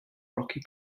rocky